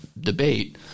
debate